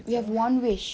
if you have one wish